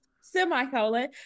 semicolon